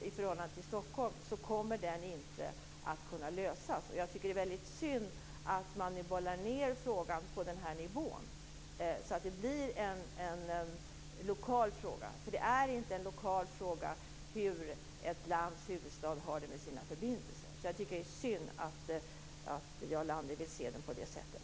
i förhållande till Stockholm kommer den inte att kunna lösas. Jag tycker att det är väldigt synd att man nu bollar ned frågan på den här nivån så att den blir en lokal fråga. Det är inte en lokal fråga hur ett lands huvudstad har det med sina förbindelser. Det är synd att Jarl Lander vill se den på det sättet.